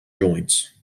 joints